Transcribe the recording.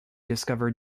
discover